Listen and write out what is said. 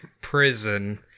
prison